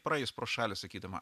praeis pro šalį sakydama